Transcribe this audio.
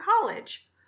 college